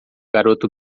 garoto